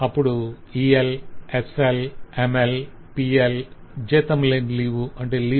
అప్పుడు EL SL ML PL జీతంలేని leave